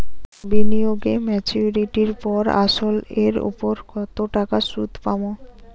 বিনিয়োগ এ মেচুরিটির পর আসল এর উপর কতো টাকা সুদ পাম?